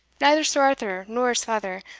neither sir arthur, nor his father,